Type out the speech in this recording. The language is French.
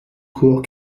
courts